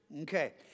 Okay